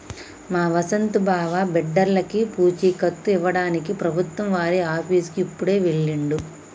మా వసంత్ బావ బిడ్డర్లకి పూచీకత్తు ఇవ్వడానికి ప్రభుత్వం వారి ఆఫీసుకి ఇప్పుడే వెళ్ళిండు